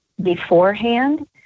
beforehand